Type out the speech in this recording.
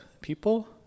people